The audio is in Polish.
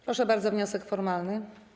Proszę bardzo, wniosek formalny.